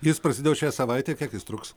jis prasidėjo šią savaitę kiek jis truks